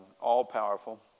all-powerful